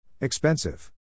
Expensive